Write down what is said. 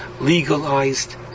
legalized